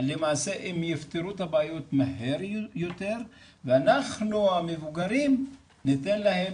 למעשה אם יפתרו את הבעיות מהר יותר ואנחנו המבוגרים נתן להם,